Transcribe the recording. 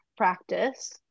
practice